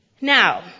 Now